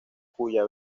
cuya